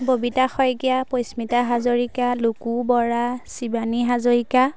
Babita Saikia Parismita Hazarika Luku Bora Shivani Hazarika